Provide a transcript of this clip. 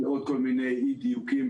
ועוד כל מיני אי-דיוקים,